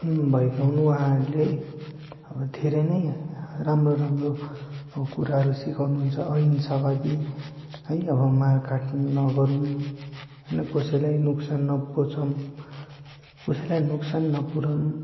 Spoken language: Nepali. भएका हुन् उहाँहरूले अब धेरै नै राम्रो राम्रो कुराहरू सिकाउनुहुन्छ अहिंसावादी है अब मार काट नगरौँ होइन कसैलाई नोक्सान नपहुचाउँ कसैलाई नोक्सान नपुऱ्याउँ